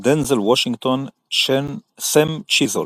דנזל וושינגטון - סם צ'יזולם.